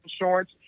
insurance